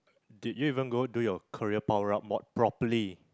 did you even go do your career power up mod~ properly